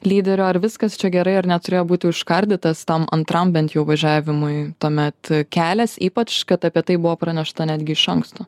lyderiu ar viskas čia gerai ar neturėjo būti užkardytas tam antram bent jau važiavimui tuomet kelias ypač kad apie tai buvo pranešta netgi iš anksto